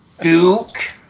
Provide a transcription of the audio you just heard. Duke